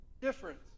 difference